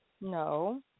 No